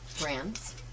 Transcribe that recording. brands